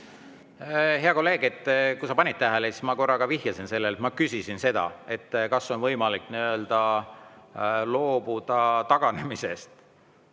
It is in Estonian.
Hea kolleeg! Kui sa panid tähele, siis ma korra viitasin sellele, et ma küsisin seda, kas on võimalik taganemisest